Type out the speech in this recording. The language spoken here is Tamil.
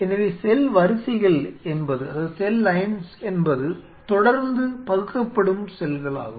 எனவே செல் வரிசைகள் என்பது தொடர்ந்து பகுக்கப்படும் செல்கள் ஆகும்